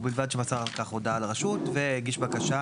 ובלבד שמסר על כך הודעה לרשות והגיש בקשה